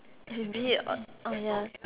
maybe uh um ya